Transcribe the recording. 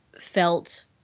felt